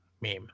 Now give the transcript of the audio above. meme